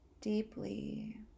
deeply